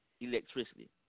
electricity